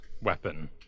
weapon